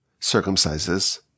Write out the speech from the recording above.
circumcises